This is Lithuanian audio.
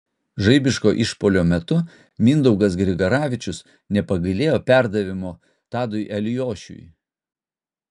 žaibiško išpuolio metu mindaugas grigaravičius nepagailėjo perdavimo tadui eliošiui